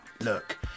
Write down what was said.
Look